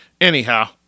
Anyhow